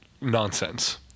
nonsense